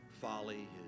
folly